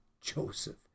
Joseph